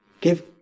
Give